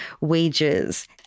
wages